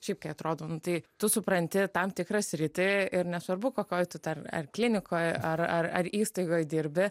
šiaip kai atrodo nu tai tu supranti tam tikrą sritį ir nesvarbu kokioj tu ten ar klinikoj ar ar ar įstaigoj dirbi